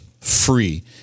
free